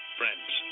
friends